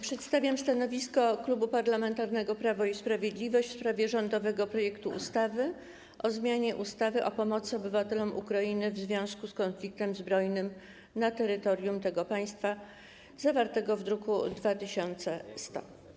Przedstawiam stanowisko Klubu Parlamentarnego Prawo i Sprawiedliwość w sprawie rządowego projektu ustawy o zmianie ustawy o pomocy obywatelom Ukrainy w związku z konfliktem zbrojnym na terytorium tego państwa, druk nr 2100.